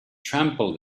trample